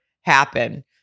happen